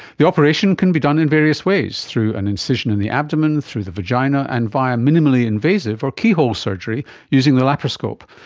the operation can be done in various ways through an incision in the abdomen, through the vagina, and via minimally invasive or keyhole surgery using the laparoscope.